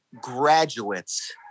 graduates